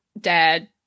dad